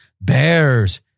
Bears